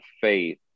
faith